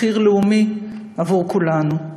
ובמחיר לאומי עבור כולנו.